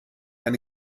eine